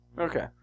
Okay